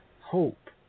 hope